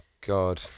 God